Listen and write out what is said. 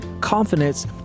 Confidence